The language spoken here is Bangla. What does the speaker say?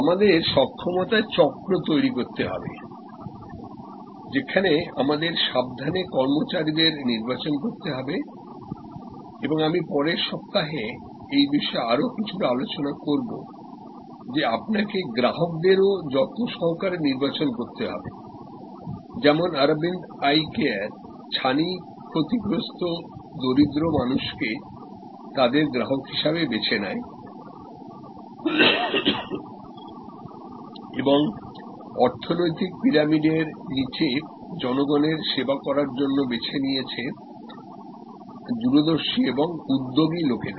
আমাদের সক্ষমতার চক্র তৈরি করতে হবে যেখানে আমাদের সাবধানে কর্মচারীদের নির্বাচন করতে হবে এবং আমি পরের সপ্তাহে এই বিষয়ে আরও কিছুটা আলোচনা করব যে আপনাকে গ্রাহকদেরও যত্ন সহকারে নির্বাচন করতে হবে যেমন আরাভিন্ড আই কেয়ার ছানি ক্ষতিগ্রস্থ দরিদ্র মানুষকে তাদের গ্রাহক হিসাবে বেছে নেয় এবং অর্থনৈতিক পিরামিডের নীচে জনগণের সেবা করার জন্য বেছে নিয়েছে দূরদর্শী এবং উদ্যোগী লোকদের